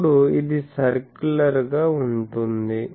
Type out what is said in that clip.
అప్పుడు ఇది సర్కులర్ గా ఉంటుంది